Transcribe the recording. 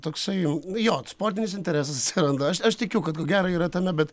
toksai jo jo sportinis interesas atsiranda aš aš tikiu kad ko gero yra tame bet